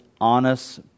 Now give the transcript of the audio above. honest